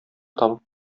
табып